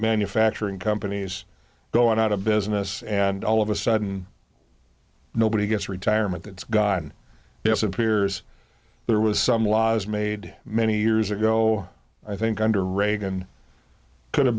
manufacturing companies going out of business and all of a sudden nobody gets retirement that's gotten disappears there was some laws made many years ago i think under reagan could